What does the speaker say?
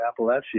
Appalachia